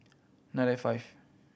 nine nine five